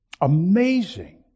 amazing